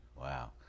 Wow